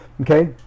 Okay